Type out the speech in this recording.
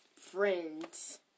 friends